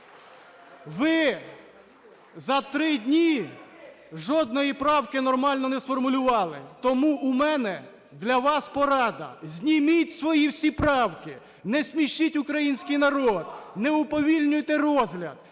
Ви за 3 дні жодної правки нормально не сформулювали, тому у мене для вас порада: зніміть свої всі правки, не смішіть український народ, не уповільнюйте розгляд.